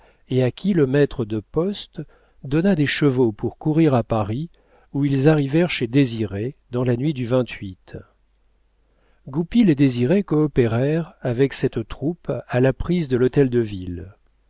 et à qui le maître de poste donna des chevaux pour courir à paris où ils arrivèrent chez désiré dans la nuit du guy les désirait coopérer avec cette troupe à la prise de l'hôtel-de-ville désiré